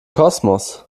kosmos